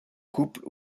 couples